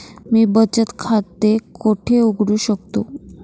मी बचत खाते कोठे उघडू शकतो?